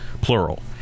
Plural